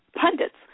pundits